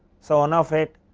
so one of it,